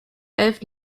elf